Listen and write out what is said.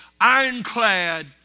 ironclad